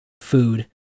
food